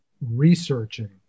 researching